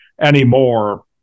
anymore